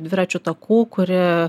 dviračių takų kuri